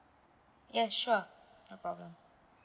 ya sure no problem